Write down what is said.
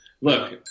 Look